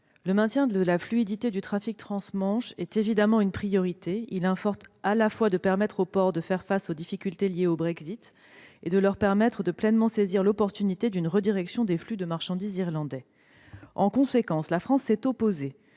le maintien de la fluidité du trafic transmanche est évidemment une priorité. Il importe de permettre aux ports à la fois de faire face aux difficultés liées au Brexit et de pleinement saisir l'opportunité d'une redirection des flux de marchandises irlandais. En conséquence, la France s'est opposée